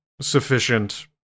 sufficient